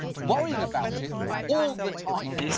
worrying about it all the time.